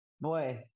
boy